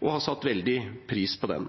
og har satt veldig pris på den.